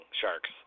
sharks